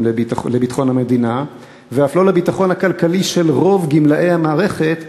לביטחון המדינה ואף לא לביטחון הכלכלי של רוב גמלאי המערכת,